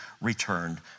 returned